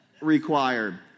required